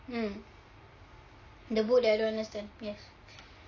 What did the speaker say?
um the book that I don't understand yes